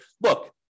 look